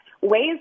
ways